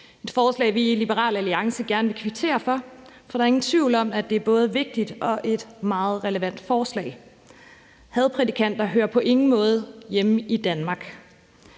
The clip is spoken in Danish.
et forslag, vi i Liberal Alliance gerne vil kvittere for, for der er ingen tvivl om, at det er et både vigtigt og meget relevant forslag. Hadprædikanter hører på ingen måde hjemme i Danmark.